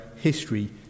history